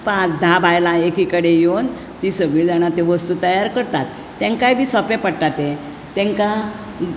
पाच धा बायलां एकी कडेन येवन ती सगळीं जाणा त्यो वस्तु तयार करतात तेंकाय बी सोंपें पडटा ते तेंकां